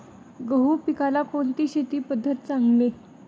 गहू पिकाला कोणती शेती पद्धत चांगली?